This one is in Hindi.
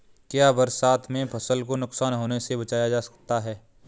क्या बरसात में फसल को नुकसान होने से बचाया जा सकता है?